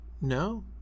No